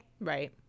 right